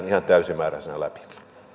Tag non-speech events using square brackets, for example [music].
[unintelligible] ihan täysimääräisenä läpi